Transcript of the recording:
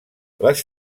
les